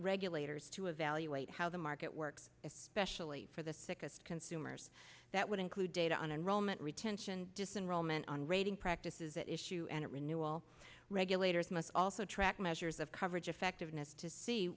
regulators to evaluate how the market works if specially for the sickest consumers that would include data on enrollment retention disenroll ment on rating practices that issue and renewal regulators must also track measures of coverage effectiveness to see